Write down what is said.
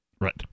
Right